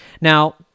Now